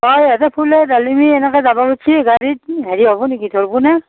অ' ফুলে ডালিমী এনেকৈ যাব খুজিছে গাড়ীত হেৰি হ'ব নেকি ধৰিবনে